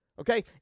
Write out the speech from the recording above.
okay